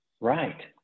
Right